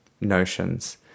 notions